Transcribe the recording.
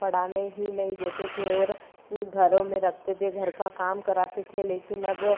पढ़ाने ही नहीं देते थे और घरों में रखते थे घर का काम कराते थे लेकिन अब